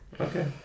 Okay